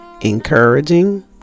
encouraging